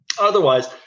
Otherwise